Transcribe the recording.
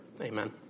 Amen